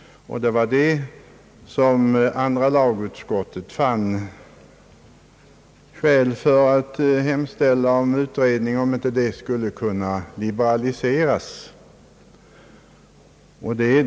Andra lagutskottet fann då skäl att hemställa om en utredning, som skulle pröva om inte den bestämmelsen kunde liberaliseras.